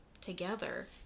together